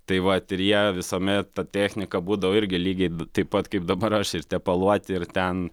tai vat ir jie visuomet ta technika būdavo irgi lygiai taip pat kaip dabar aš ir tepaluoti ir ten